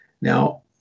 Now